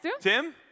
Tim